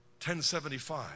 1075